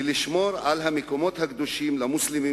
ולשמור על המקומות הקדושים למוסלמים,